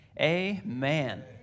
Amen